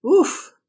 Oof